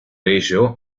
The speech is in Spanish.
ello